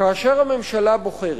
כאשר הממשלה בוחרת,